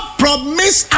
promise